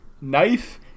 knife